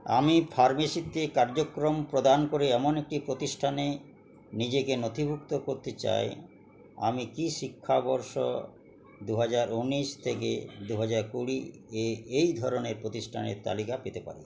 আমি ফার্মেসিতে কার্যক্রম প্রদান করে এমন একটি প্রতিষ্ঠানে নিজেকে নথিভুক্ত করতে চাই আমি কি শিক্ষাবর্ষ দুহাজার উনিশ থেকে দুহাজার কুড়ি এ এই ধরনের প্রতিষ্ঠানের তালিকা পেতে পারি